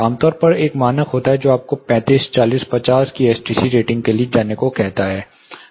आमतौर पर एक मानक होता है जो आपको 35 40 50 की एसटीसी रेटिंग के लिए जाने के लिए कहता है